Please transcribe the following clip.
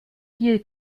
viel